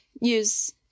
use